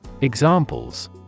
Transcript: Examples